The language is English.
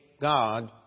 God